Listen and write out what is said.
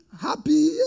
Happy